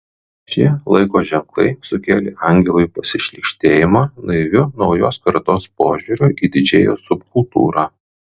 šie laiko ženklai sukėlė angelui pasišlykštėjimą naiviu naujos kartos požiūriu į didžėjų subkultūrą